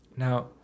Now